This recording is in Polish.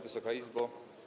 Wysoka Izbo!